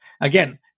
Again